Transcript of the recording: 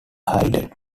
hayden